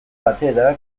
batera